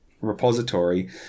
repository